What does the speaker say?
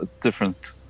different